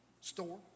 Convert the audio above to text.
store